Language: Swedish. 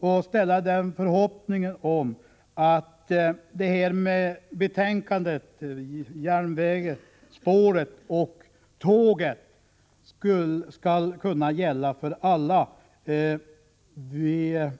Jag vill slutligen uttrycka en förhoppning om att bilden av tåget och spåret på omslaget till betänkandet skall gälla alla linjer. Vi